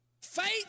Faith